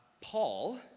Paul